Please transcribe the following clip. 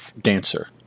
dancer